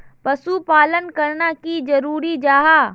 पशुपालन करना की जरूरी जाहा?